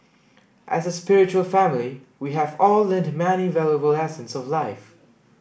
as a spiritual family we have all learned many valuable lessons of life